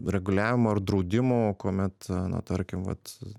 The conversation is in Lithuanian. reguliavimų ar draudimų kuomet na tarkim vat